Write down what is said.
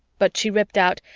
but she ripped out,